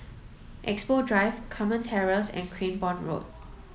Expo Drive Carmen Terrace and Cranborne Road